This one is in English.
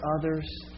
others